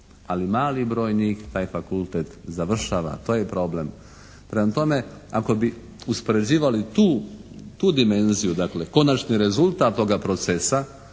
ali mali broj njih taj fakultet završava. To je problem. Prema tome ako bi uspoređivali tu, tu dimenziju. Dakle konačni rezultat toga procesa